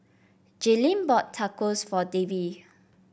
Jaylene bought Tacos for Davie